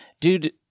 dude